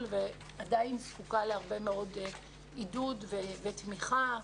עדיין זקוקה להרבה מאוד עידוד ותמיכה.